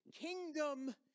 Kingdom